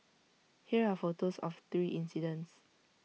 here are photos of the three incidents